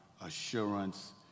assurance